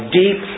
deep